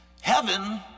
Heaven